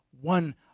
one